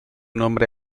nombre